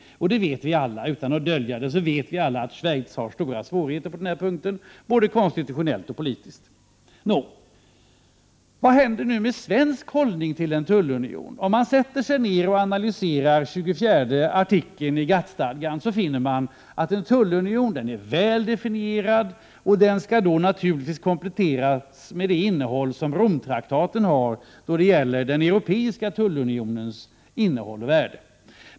Vi behöver inte dölja att vi alla vet att Schweiz har stora svårigheter på den här punkten både konstitutionellt och politiskt. Vad händer nu med svensk hållning till en tullunion? Om man analyserar artikel 24 i GATT-stadgan så finner man att en tullunion är väl definierad och att innehållet naturligtvis skall kompletteras med det innehåll som Rom-traktaten har då det gäller den europeiska tullunionens innehåll och värde.